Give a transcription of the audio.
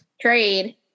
trade